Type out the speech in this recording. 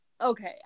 okay